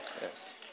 yes